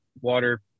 water